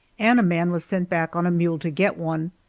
and a man was sent back on a mule to get one.